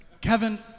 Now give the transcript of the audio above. Kevin